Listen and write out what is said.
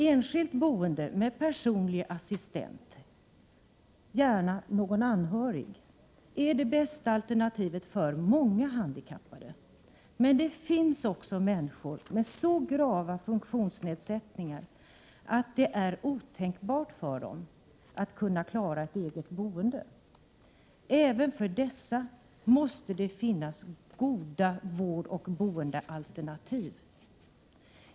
Enskilt boende med personlig assistent, gärna någon anhörig, är det bästa alternativet för många handikappade. Men det finns också människor med så grava funktionsnedsättningar att det är otänkbart för dem att klara ett eget boende. Även för dessa måste det finnas goda vårdoch boendealternativ.